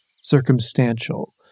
circumstantial